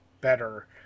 better